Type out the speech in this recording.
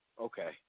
Okay